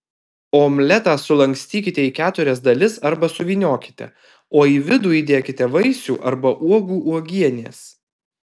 omletą sulankstykite į keturias dalis arba suvyniokite o į vidų įdėkite vaisių arba uogų uogienės